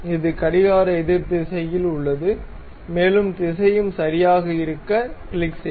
இது கடிகாரஎதிர் திசையில் உள்ளது மேலும் திசையும் சரியாக இருக்க கிளிக் செய்க